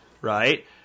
right